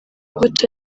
mbuto